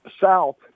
south